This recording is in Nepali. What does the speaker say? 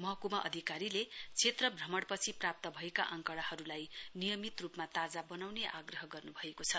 महकुमा अधिकारीले क्षेत्र भ्रमणपछि प्राप्त भएका आंकडाहरूलाई नियमित रूपमा ताजा बनाउने आग्रह गर्नु भएको छ